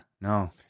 No